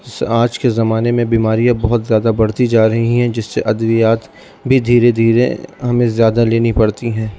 جیسے آج کے زمانے میں بیماریاں بہت زیادہ بڑھتی جا رہی ہیں جس سے ادویات بھی دھیرے دھیرے ہمیں زیادہ لینی پڑتی ہیں